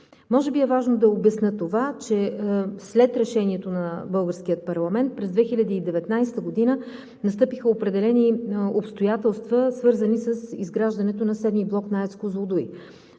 Може би е важно да обясня това, че след решението на българския парламент през 2019 г. настъпиха определени обстоятелства, свързани с изграждане на VII блок на АЕЦ